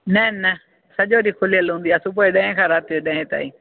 न न सॼो ॾींहं खुलियल हूंदी आहे सुबुह जे ॾहें खां राति जो ॾहें ताईं